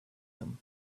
them